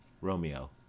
Romeo